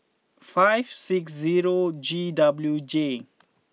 five six zero G W J